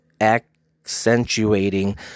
accentuating